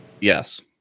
Yes